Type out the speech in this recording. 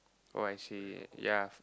oh actually ya